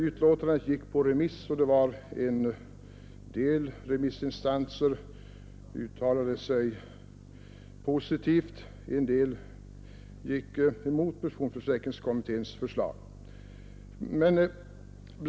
Utlåtandet gick på remiss, och en del remissinstanser uttalade sig positivt, medan en del gick emot pensionsförsäkringskommitténs förslag.